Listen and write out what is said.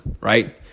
right